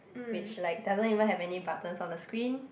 which like doesn't even have any buttons on the screen